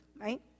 right